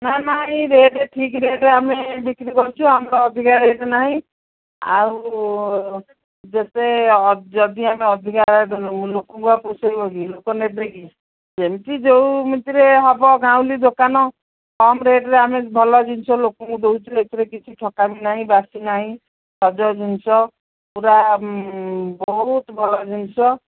ନା ନା ଏଇ ରେଟ୍ ଠିକ୍ ରେଟ୍ ଆମେ ବିକ୍ରି କରୁଛୁ ଆମର ଅଧିକା ରେଟ୍ ନାହିଁ ଆଉ ଯେତେ ଯଦି ଆମେ ଅଧିକା ରେଟ୍ ନେବୁ ଲୋକଙ୍କୁ ଆଉ ପୋଷେଇବ କି ଲୋକ ନେବେ କି ଯେମିତି ଯେମିତିରେ ହବ ଗାଉଁଲି ଦୋକାନ କମ୍ ରେଟ୍ରେ ଆମେ ଭଲ ଜିନିଷ ଲୋକଙ୍କୁ ଦେଉଛୁ ଏଥିରେ କିଛି ଠକାମି ନାହିଁ ବାସୀ ନାହିଁ ସଜ ଜିନିଷ ପୂରା ବହୁତ ଭଲ ଜିନିଷ